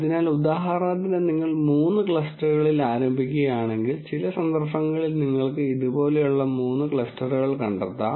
അതിനാൽ ഉദാഹരണത്തിന് നിങ്ങൾ 3 ക്ലസ്റ്ററുകളിൽ ആരംഭിക്കുകയാണെങ്കിൽ ചില സന്ദർഭങ്ങളിൽ നിങ്ങൾക്ക് ഇതുപോലുള്ള 3 ക്ലസ്റ്ററുകൾ കണ്ടെത്താം